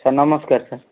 sir ନମସ୍କାର sir